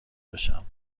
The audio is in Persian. بشم